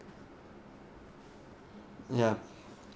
yeah